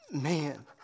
man